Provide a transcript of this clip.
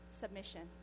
submission